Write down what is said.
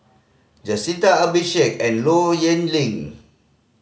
Jacintha and Low Yen Ling